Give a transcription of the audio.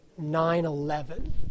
9-11